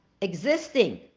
existing